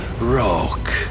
rock